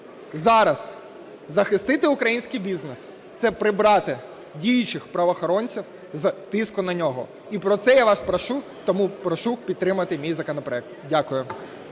зараз захистити український бізнес – це прибрати діючих правоохоронців з тиску на нього, і про це я вас прошу. Тому прошу підтримати мій законопроект. Дякую.